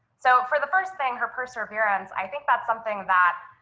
so for the first thing, her perseverance, i think that's something that,